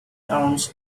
towns